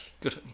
Good